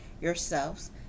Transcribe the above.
yourselves